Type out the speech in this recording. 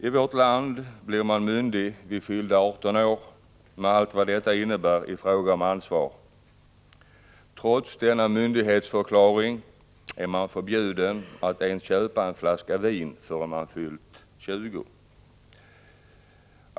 I vårt land blir man myndig vid fyllda 18 år med allt vad detta innebär i fråga om ansvar. Trots denna myndighetsförklaring är man förbjuden att ens köpa en flaska vin innan man fyllt 20 år.